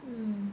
mm